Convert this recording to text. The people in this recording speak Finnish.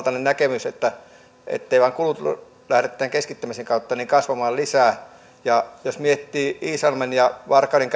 näkemys niin etteivät vain kulut lähde tämän keskittämisen kautta kasvamaan lisää ja jos miettii iisalmen ja varkauden